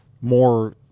more